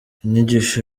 inyigisho